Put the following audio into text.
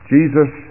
Jesus